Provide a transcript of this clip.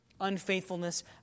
unfaithfulness